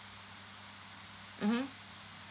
mmhmm